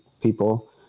people